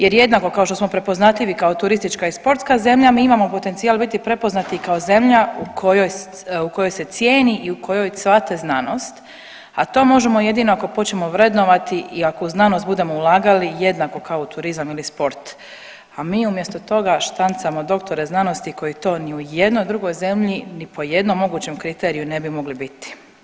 Jer jednako kao što smo prepoznatljivi kao turistička i sportska zemlja, mi imamo potencijal biti prepoznati kao zemlja u kojoj se cijeni i u kojoj cvate znanost, a to možemo jedino ako počnemo vrednovati i ako u znanost budemo ulagali jednako kao u turizam ili sport, a mi umjesto toga štancamo doktore znanosti koji to u ni jednoj drugoj zemlji ni po jednom mogućem kriteriju ne bi mogli biti.